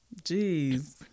Jeez